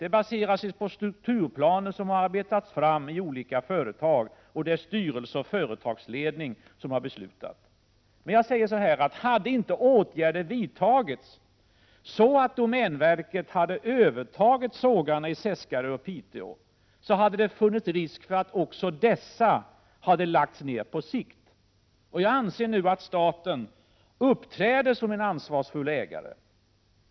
Det baserar sig på strukturplaner som har arbetats fram i olika företag, och det är styrelse och företagsledning som har beslutat. Men om åtgärder inte hade vidtagits, om inte domänverket hade övertagit sågarna i Seskarö och Piteå, hade det funnits risk för att också dessa på sikt hade lagts ned. Jag anser att staten uppträder som en ansvarsfull ägare.